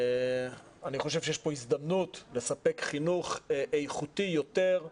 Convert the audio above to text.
אני חושב שיש פה הזדמנות לספק חינוך איכותי יותר,